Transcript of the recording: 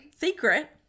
Secret